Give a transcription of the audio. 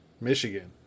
Michigan